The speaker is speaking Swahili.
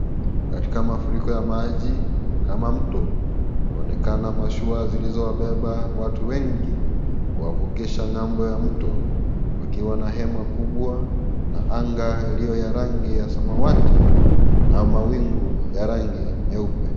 Katika mafuriko ya maji kama mto, paonekana mashua zilizowabeba watu wengi kuwavukisha ng'ambo ya mto wakiwa na hema kubwa na anga iliyo ya rangi ya samawati na mawingu ya rangi nyeupe.